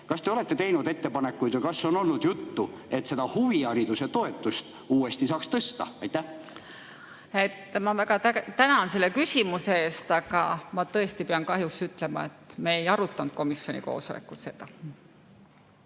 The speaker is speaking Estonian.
Kas te olete teinud ettepanekuid või kas on olnud juttu, et seda huvihariduse toetust uuesti saaks tõsta? Ma väga tänan selle küsimuse eest, aga ma tõesti pean kahjuks ütlema, et me ei arutanud komisjoni koosolekul seda.